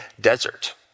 desert